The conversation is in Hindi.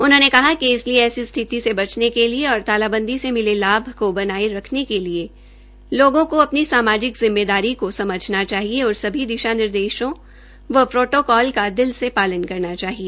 उन्होंने कहा कि इसलिए ऐसी स्थिति से बचने के लिए और तालाबंदी से मिले लाभ को बनाये रखने के लिए लोगों को अपनी सामाजिक जिम्मेदारी को समझना चाहिए और सभी दिशा निर्देशों व प्रोटोकॉल का दिल से पालन करना चाहिए